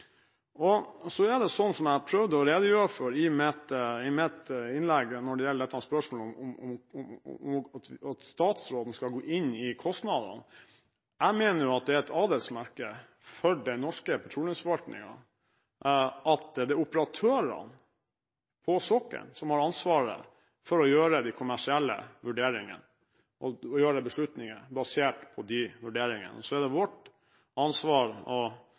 Når det gjelder dette spørsmålet om at statsråden skal gå inn i kostnadene, prøvde jeg i mitt innlegg å redegjøre for at jeg mener det er et adelsmerke for den norske petroleumsforvaltningen at det er operatørene på sokkelen som har ansvaret for å gjøre de kommersielle vurderingene, og å gjøre beslutninger basert på de vurderingene. Og så er det vårt felles ansvar å